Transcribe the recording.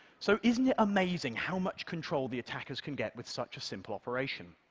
so isn't it amazing how much control the attackers can get with such a simple operation?